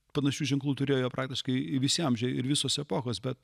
panašių ženklų turėjo praktiškai visi amžiai ir visos epochos bet